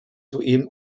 soeben